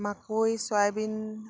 মাকৈ চয়াবিন